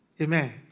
Amen